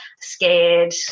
scared